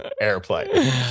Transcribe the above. airplane